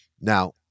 Now